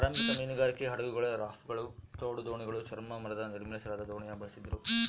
ಆರಂಭಿಕ ಮೀನುಗಾರಿಕೆ ಹಡಗುಗಳು ರಾಫ್ಟ್ಗಳು ತೋಡು ದೋಣಿಗಳು ಚರ್ಮ ಮರದ ನಿರ್ಮಿಸಲಾದ ದೋಣಿ ಬಳಸ್ತಿದ್ರು